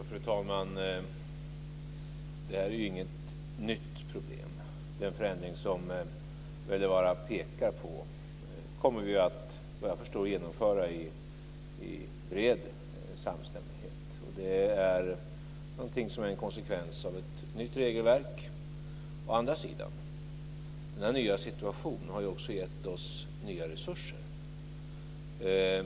Fru talman! Detta är inget nytt problem. Den förändring som Erling Wälivaara pekar på kommer vi, såvitt jag förstår, att genomföra i bred samstämmighet. Det är någonting som är en konsekvens av ett nytt regelverk. Å andra sidan har denna nya situation också gett oss nya resurser.